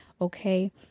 Okay